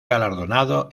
galardonado